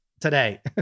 today